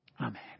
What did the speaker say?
Amen